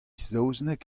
saozneg